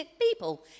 people